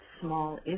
small